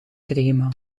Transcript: trema